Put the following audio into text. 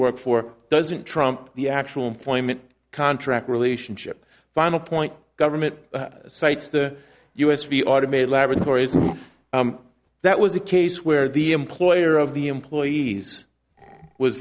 work for doesn't trump the actual employment contract relationship final point government sites to us be automated laboratories and that was a case where the employer of the employees was